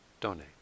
donate